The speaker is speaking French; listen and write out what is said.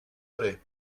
allez